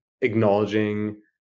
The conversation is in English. acknowledging